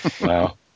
Wow